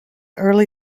early